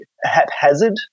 haphazard